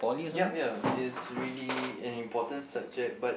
yup ya it's really an important subject but